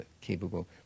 capable